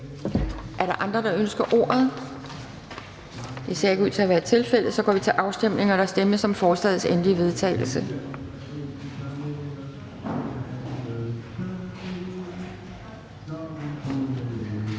Er der flere, der ønsker ordet? Det er der ikke. Så går vi til afstemning, og der stemmes om lovforslagets endelige vedtagelse,